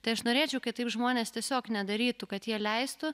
tai aš norėčiau kad taip žmonės tiesiog nedarytų kad jie leistų